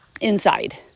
inside